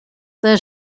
their